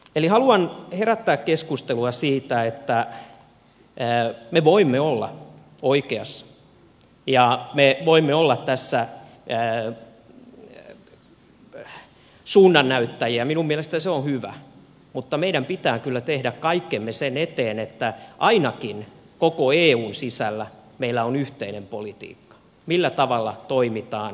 eli haluan herättää keskustelua siitä että me voimme olla oikeassa ja me voimme olla tässä suunnannäyttäjiä minun mielestäni se on hyvä mutta meidän pitää kyllä tehdä kaikkemme sen eteen että ainakin koko eun sisällä meillä on yhteinen politiikka millä tavalla toimitaan